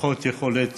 פחות יכולת